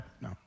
No